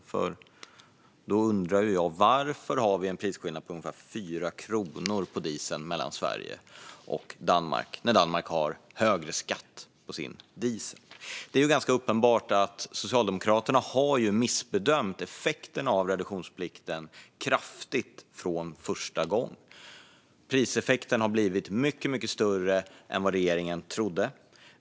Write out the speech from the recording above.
I så fall undrar jag: Varför har vi en prisskillnad på ungefär 4 kronor på dieseln mellan Sverige och Danmark när Danmark har högre skatt på sin diesel? Det är ganska uppenbart att Socialdemokraterna kraftigt har missbedömt effekterna av reduktionsplikten från början. Priseffekten har blivit mycket större än vad regeringen trodde.